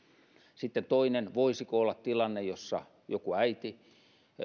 sitten toinen voisiko olla tilanne jossa joku äiti